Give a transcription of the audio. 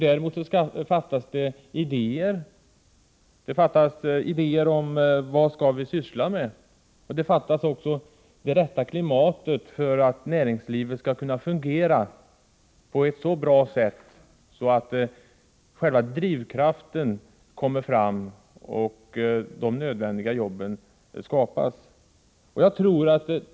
Däremot fattas idéer om vad vi skall syssla med liksom även det rätta klimatet för att näringslivet skall kunna fungera på ett så bra sätt att drivkrafterna för att skapa de nödvändiga jobben kommer fram.